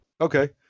okay